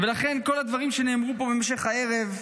ולכן כל הדברים שנאמרו פה במשך הערב,